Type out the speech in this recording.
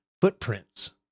footprints